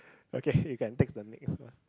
okay you can take the next one